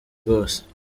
rwose